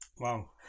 Wow